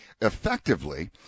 effectively